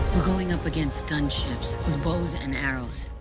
we're going up against gunships, with bows and arrows.